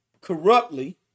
corruptly